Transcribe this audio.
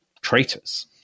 traitors